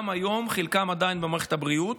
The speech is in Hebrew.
גם היום חלקם עדיין במערכת הבריאות,